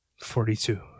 Forty-two